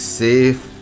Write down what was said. safe